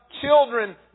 children